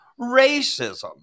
racism